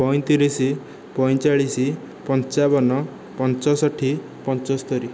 ପଞ୍ଚତିରିଶ ପଞ୍ଚଚାଳିଶ ପଞ୍ଚାବନ ପଞ୍ଚଷଠି ପଞ୍ଚସ୍ତରି